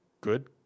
good